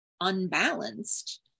unbalanced